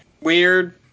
weird